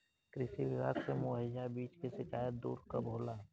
कृषि विभाग से मुहैया बीज के शिकायत दुर कब होला?